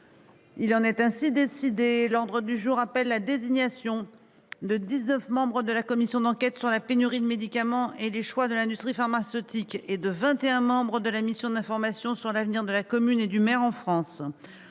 Il en est ainsi décidé. L'ordre du jour appelle la désignation des dix-neuf membres de la commission d'enquête sur la pénurie de médicaments et les choix de l'industrie pharmaceutique française, ainsi que des vingt et un membres de la mission d'information sur l'avenir de la commune et du maire en France.